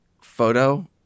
photo